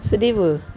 sedih apa